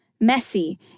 messy